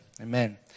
Amen